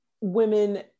women